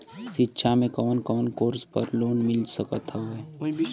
शिक्षा मे कवन कवन कोर्स पर लोन मिल सकत हउवे?